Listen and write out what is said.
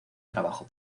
trabajo